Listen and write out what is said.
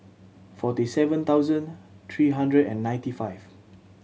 forty seven thousand three hundred and ninety five